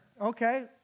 okay